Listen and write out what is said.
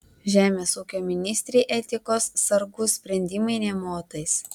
žemės ūkio ministrei etikos sargų sprendimai nė motais